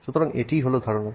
সুতরাং এটিই হল ধারণা